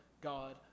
God